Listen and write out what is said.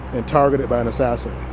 and targeted by an assassin.